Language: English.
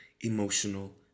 emotional